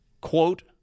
Quote